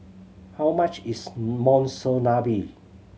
how much is Monsunabe